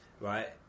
right